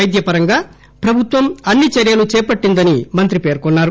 పైద్య పరంగా ప్రభుత్వం అన్సి చర్యలు చేపట్టిందని పేర్కొన్నారు